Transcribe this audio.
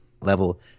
level